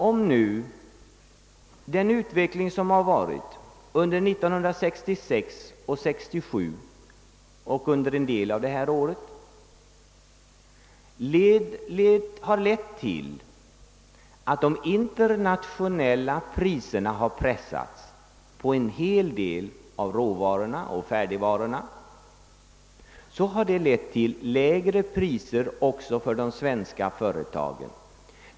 Om nu den utveckling som har ägt rum under 1966 och 1967 och under en del av detta år har lett till att de internationella priserna har pressats på en hel del råvaror och färdigvaror, så har det lett till lägre priser också för de svenska företagen.